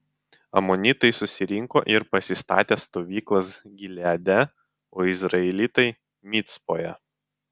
amonitai susirinko ir pasistatė stovyklas gileade o izraelitai micpoje